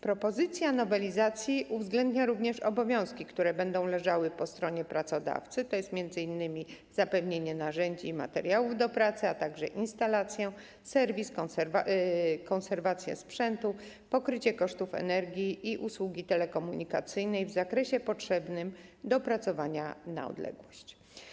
Propozycja nowelizacji uwzględnia również obowiązki, które będą leżały po stronie pracodawcy, czyli m.in. zapewnienie narzędzi i materiałów do pracy, a także instalację, serwis, konserwację sprzętu, pokrycie kosztów energii i usługi telekomunikacyjnej w zakresie potrzebnym do pracowania na odległość.